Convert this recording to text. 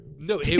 No